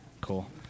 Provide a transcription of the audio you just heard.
Cool